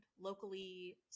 locally